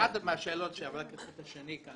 אחת השאלות שעברה כחוט השני כאן,